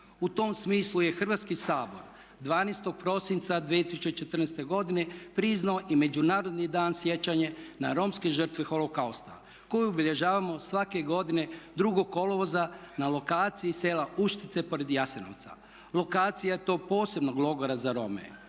U tom smislu je Hrvatski sabor 12. prosinca 2014. godine priznao i Međunarodni dan sjećanja na romske žrtve holokausta koje obilježavamo svake godine 2. kolovoza na lokaciji sela Uštica pored Jasenovca. Lokacija tog posebnog logora za Rome